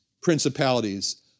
principalities